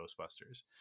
Ghostbusters